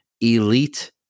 elite